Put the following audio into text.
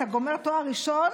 אתה גומר תואר ראשון,